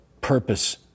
purpose